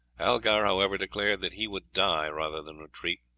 algar, however, declared that he would die rather than retreat.